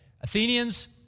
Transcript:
Athenians